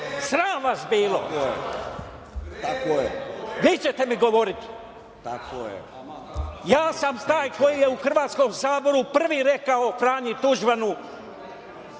Sram vas bilo! Vi ćete mi govoriti? Ja sam taj koji je u Hrvatskom saboru prvi rekao Franji Tuđmanu,